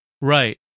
Right